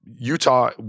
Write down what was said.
Utah